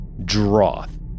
droth